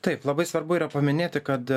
taip labai svarbu yra paminėti kad